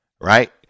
right